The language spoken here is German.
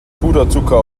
puderzucker